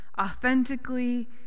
authentically